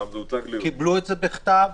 קיבלו את זה בכתב,